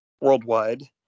worldwide